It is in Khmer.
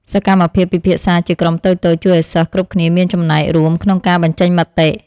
សកម្មភាពពិភាក្សាជាក្រុមតូចៗជួយឱ្យសិស្សគ្រប់គ្នាមានចំណែករួមក្នុងការបញ្ចេញមតិ។